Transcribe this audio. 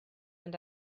and